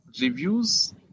Reviews